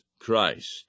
Christ